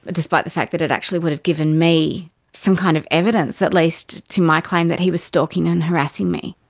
ah despite the fact that it actually would have given me some kind of evidence at least to my claim that he was stalking and harassing me.